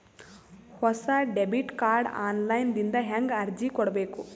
ಹೊಸ debit card online ದಿಂದ ಹೇಂಗ ಅರ್ಜಿ ಕೊಡಬೇಕು?